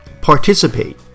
participate